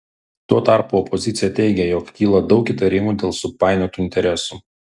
tuo tarpu opozicija teigia jog kyla daug įtarimų dėl supainiotų interesų